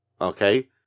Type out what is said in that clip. okay